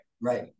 Right